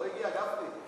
הוא לא הגיע, גפני.